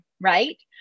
right